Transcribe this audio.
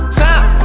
time